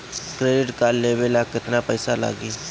Credit card लेवे ला केतना पइसा लागी?